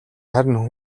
харин